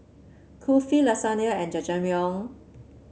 Kulfi Lasagna and Jajangmyeon